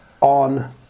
on